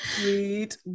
sweet